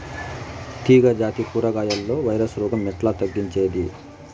తీగ జాతి కూరగాయల్లో వైరస్ రోగం ఎట్లా తగ్గించేది?